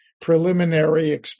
preliminary